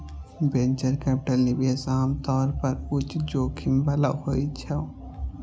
venture capital निवेश आम तौर पर उच्च जोखिम बला होइ छै